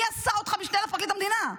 מי עשה אותך משנה לפרקליט המדינה?